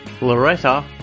Loretta